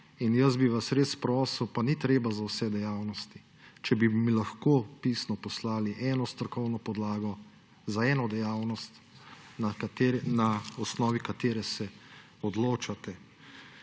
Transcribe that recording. Jaz bi vas res prosil, pa ni treba za vse dejavnosti, če bi mi lahko pisno poslali eno strokovno podlago za eno dejavnost, na osnovi katere se odločate.